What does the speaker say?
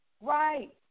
Right